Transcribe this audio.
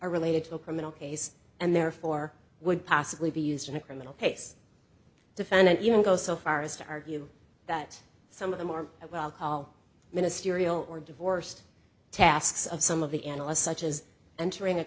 are related to a criminal case and therefore would possibly be used in a criminal case defendant even goes so far as to argue that some of the more well call ministerial or divorced tasks of some of the analysts such as entering a